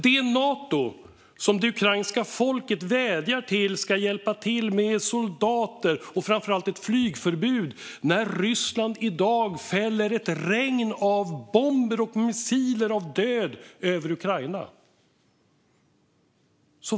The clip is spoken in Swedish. Det är Nato som det ukrainska folket vädjar till om hjälp med soldater och framför allt ett flygförbud när Ryssland i dag fäller ett regn av bomber och missiler, av död, över Ukraina.